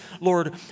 Lord